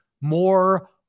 more